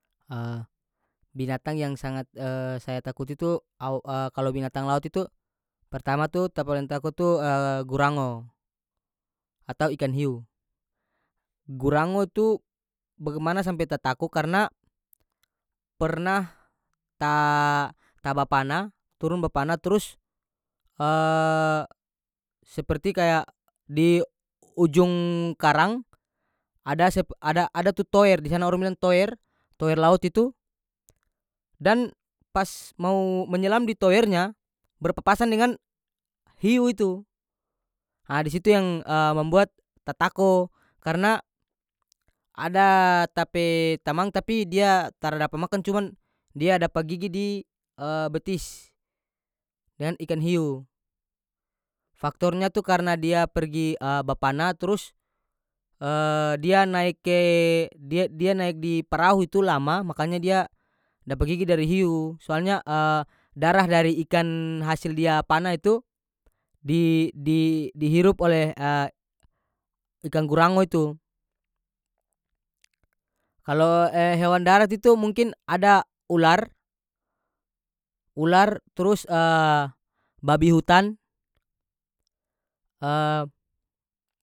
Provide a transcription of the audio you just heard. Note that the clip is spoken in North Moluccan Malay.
binatang yang sangat saya takuti itu ao kalo binatang laut itu pertama tu ta paleng tako tu gurango atau ikan hiu gurango tu bagimana sampe ta tako karena pernah ta- ta ba panah turun ba panah trus seperti kaya di ujung karang ada sepe ada- ada tu tower di sana orang bilang tower tower laut itu dan pas mau menyelam di towernya berpapasan dengan hiu itu ha di situ yang membuat ta tako karena ada ta pe tamang tapi dia tara dapa makan cuman dia dapa gigi di betis dengan ikan hiu faktornya tu karena dia pergi ba panah trus dia naik ke dia- dia naik di prahu tu lama makanya dia dapa gigi dari hiu soalnya darah dari ikan hasil dia panah itu di- di hirup oleh ikan gurango itu kalo hewan darat itu mungkin ada ular- ular trus babi hutan.